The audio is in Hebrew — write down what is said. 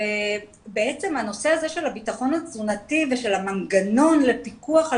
נושא הביטחון התזונתי והמנגנון לפיקוח על